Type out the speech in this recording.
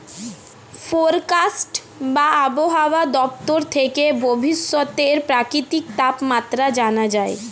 forecast বা আবহাওয়া দপ্তর থেকে ভবিষ্যতের প্রাকৃতিক তাপমাত্রা জানা যায়